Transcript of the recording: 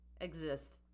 exist